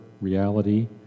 reality